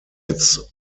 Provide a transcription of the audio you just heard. its